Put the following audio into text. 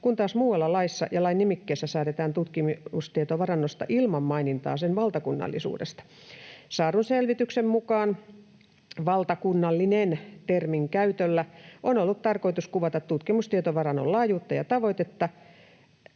kun taas muualla laissa ja lain nimikkeessä säädetään tutkimustietovarannosta ilman mainintaa sen valtakunnallisuudesta. Saadun selvityksen mukaan valtakunnallinen-termin käytöllä on ollut tarkoitus kuvata tutkimustietovarannon laajuutta ja tavoitetta,